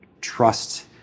trust